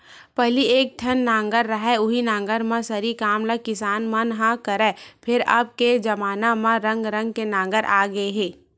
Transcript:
पहिली एके ठन नांगर रहय उहीं नांगर म सरी काम ल किसान मन ह करय, फेर अब के जबाना म रंग रंग के नांगर आ गे हे